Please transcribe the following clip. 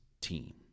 team